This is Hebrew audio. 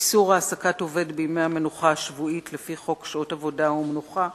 איסור העסקת עובד בימי המנוחה השבועית לפי חוק שעות עבודה ומנוחה,